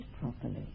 properly